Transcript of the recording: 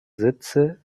sitze